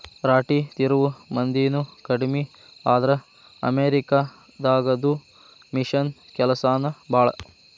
ರಾಟಿ ತಿರುವು ಮಂದಿನು ಕಡಮಿ ಆದ್ರ ಅಮೇರಿಕಾ ದಾಗದು ಮಿಷನ್ ಕೆಲಸಾನ ಭಾಳ